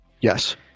Yes